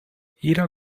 jeder